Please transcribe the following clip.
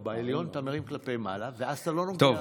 בעליון אתה מרים כלפי מעלה, ואז אתה לא נוגע.